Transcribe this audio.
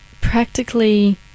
practically